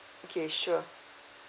okay sure